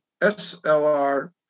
SLR